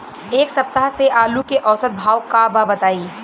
एक सप्ताह से आलू के औसत भाव का बा बताई?